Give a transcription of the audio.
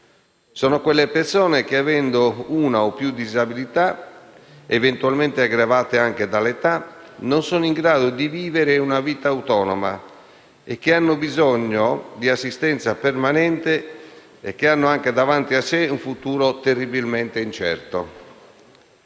Sono quelle persone che, avendo una o più disabilità, eventualmente aggravate anche dall'età, non sono in grado di vivere una vita autonoma, che hanno bisogno di assistenza permanente e che hanno anche davanti a sé un futuro terribilmente incerto.